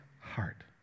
heart